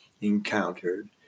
encountered